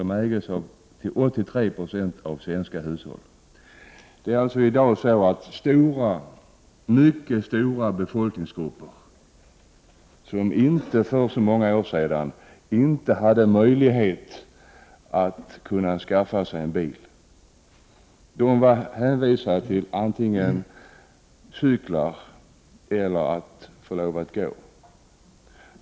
De ägs till 83 920 av svenska hushåll. Mycket stora befolkningsgrupper som för några år sedan inte hade möjlighet att skaffa sig en bil har i dag möjlighet att använda bilen för sig och sin familj.